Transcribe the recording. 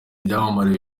byamamare